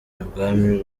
ibwami